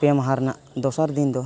ᱯᱮ ᱢᱟᱦᱟ ᱨᱮᱱᱟᱜ ᱫᱚᱥᱟᱨ ᱫᱤᱱᱫᱚ